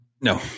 No